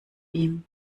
ihm